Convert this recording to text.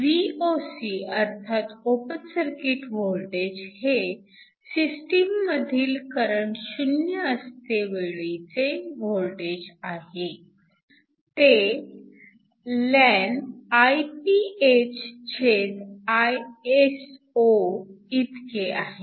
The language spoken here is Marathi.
Voc अर्थात ओपन सर्किट वोल्टेज हे सिस्टीम मधील करंट 0 असतेवेळीचे वोल्टेज आहे ते ln IphIso इतके आहे